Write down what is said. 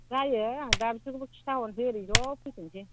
जायो आं दा बिसोरनोबो खिन्थाहरसै ओरै ज' फैथोंसै